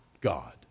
God